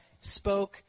spoke